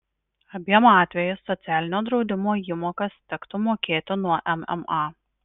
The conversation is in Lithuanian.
abiem atvejais socialinio draudimo įmokas tektų mokėti nuo mma